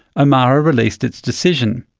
omara released its decision.